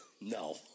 No